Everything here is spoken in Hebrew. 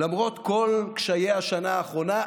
למרות כל קשיי השנה האחרונה,